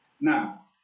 Now